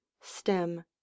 stem